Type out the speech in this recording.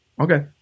Okay